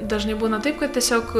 dažnai būna taip kad tiesiog